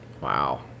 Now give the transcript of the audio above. Wow